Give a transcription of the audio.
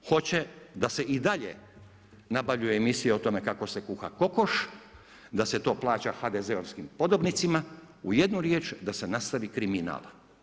Hoće da se i dalje nabavljaju emisije o tome kako se kuha kokoš, da se to plaća HDZ-ovskim podobnicima, u jednu riječ da se nastavi kriminal.